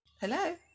Hello